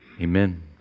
Amen